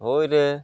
ହଇରେ